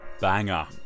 banger